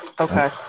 okay